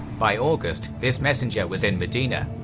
by august this messenger was in medina,